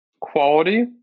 Quality